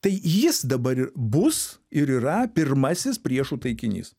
tai jis dabar ir bus ir yra pirmasis priešų taikinys